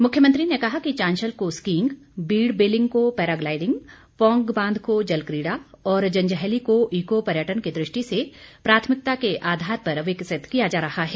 मुख्यमंत्री ने कहा कि चांशल को स्कीइंग बीड़ बिलिंग को पैराग्लाइडिंग पौंग बांध को जलक्रीड़ा और जंजैहली को इको पर्यटन की दृष्टि से प्राथमिकता के आधार पर विकसित किया जा रहा है